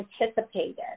anticipated